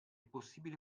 possibile